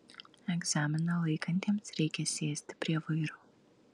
egzaminą laikantiems reikia sėsti prie vairo